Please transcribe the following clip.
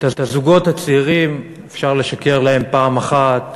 לזוגות הצעירים אפשר לשקר פעם אחת,